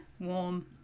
warm